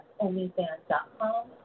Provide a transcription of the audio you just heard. OnlyFans.com